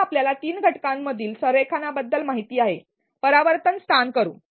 आता आपल्याला तीन घटकांमधील संरेखनाबद्दल माहिती आहे परावर्तन स्थान करू